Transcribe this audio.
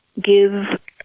give